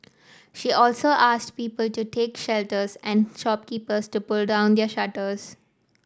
she also asked people to take shelters and shopkeepers to pull down their shutters